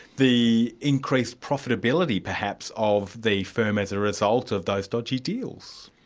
the increased profitability perhaps, of the firm as a result of those dodgy deals?